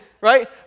right